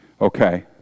Okay